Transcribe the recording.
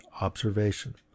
observation